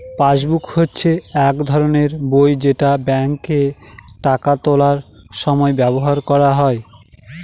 passbook হচ্ছে এক ধরনের বই যেটা ব্যাঙ্কে টাকা তোলার সময় ব্যবহার করা হয়